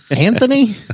Anthony